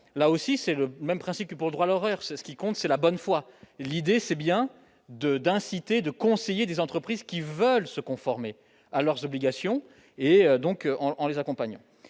là aussi, c'est le même principe que pour droit l'horaire, c'est ce qui compte, c'est la bonne foi, l'idée c'est bien de d'inciter, de conseiller des entreprises qui veulent se conformer à leurs obligations et donc en les accompagnant